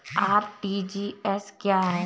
RTGS क्या है?